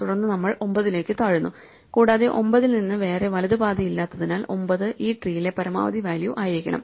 തുടർന്ന് നമ്മൾ 9 ലേക്ക് താഴുന്നു കൂടാതെ 9 ൽ നിന്ന് വേറെ വലത് പാതയില്ലാത്തതിനാൽ 9 ഈ ട്രീയിലെ പരമാവധി വാല്യൂ ആയിരിക്കണം